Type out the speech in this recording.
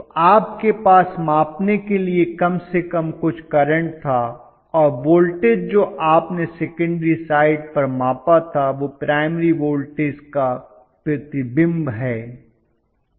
तो आपके पास मापने के लिए कम से कम कुछ करंट था और वोल्टेज जो आपने सेकन्डेरी साइड पर मापा था वह प्राइमरी वोल्टेज का प्रतिबिंब है